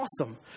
awesome